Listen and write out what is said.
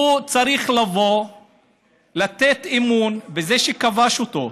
הוא צריך לבוא לתת אמון בזה שכבש אותו.